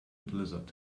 blizzard